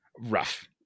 rough